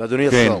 ואדוני השר,